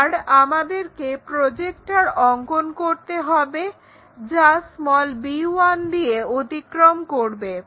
এবার আমাদেরকে প্রজেক্টর অঙ্কন করতে হবে যা b1 দিয়ে অতিক্রম করবে